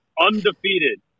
undefeated